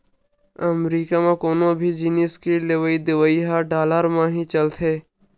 अमरीका म कोनो भी जिनिस के लेवइ देवइ ह डॉलर म ही चलथे